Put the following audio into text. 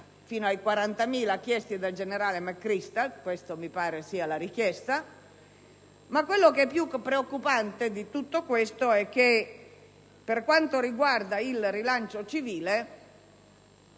il rilancio civile,